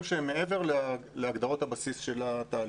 שהם מעבר להגדרות הבסיס של התהליך.